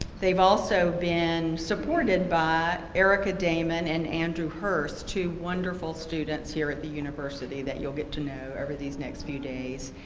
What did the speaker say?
they've also been supported by erica damon and andrew hirst, two wonderful students here at the university that you'll get to know over these next few days.